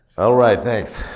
alright thanks.